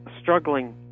Struggling